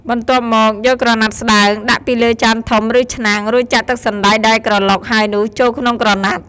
បន្ទាប់មកយកក្រណាត់ស្តើង ដាក់ពីលើចានធំ ឬឆ្នាំង រួចចាក់ទឹកសណ្តែកដែលក្រឡុកហើយនោះចូលក្នុងក្រណាត់។